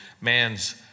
man's